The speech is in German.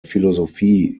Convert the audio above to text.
philosophie